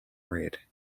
red